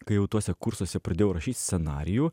kai jau tuose kursuose pradėjau rašyt scenarijų